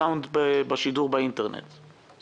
בשביל העסקים, מהקטנים ועד הגדולים.